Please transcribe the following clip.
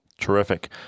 Terrific